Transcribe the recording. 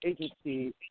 agency